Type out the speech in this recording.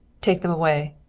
take them away,